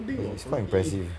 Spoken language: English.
is quite impressive